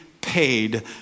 paid